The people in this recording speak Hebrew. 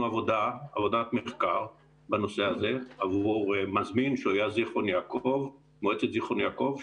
עבודת מחקר בנושא הזה עבור מזמין שהיה מועצת זיכרון יעקב,